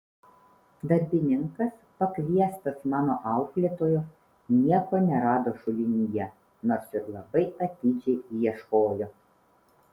darbininkas pakviestas mano auklėtojo nieko nerado šulinyje nors ir labai atidžiai ieškojo